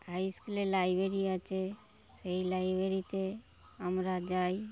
high স্কুলে library আছে সেই লাইব্রেরিতে আমরা যাই